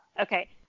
Okay